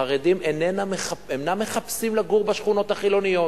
חרדים אינם מחפשים לגור בשכונות החילוניות.